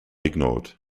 ignored